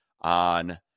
on